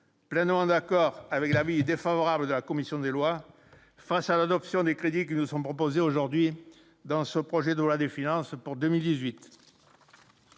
pleinement d'accord avec l'avis défavorable de la commission des lois, face à l'adoption des crédits qui nous sont proposées aujourd'hui dans ce projet de loi des finances pour 2018.